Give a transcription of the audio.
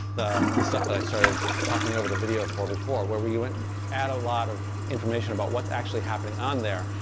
the the stuff that started talking over the video for before, where we went add a lot of information about what's actually happening on there.